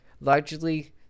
largely